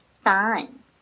Fine